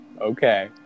okay